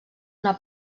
una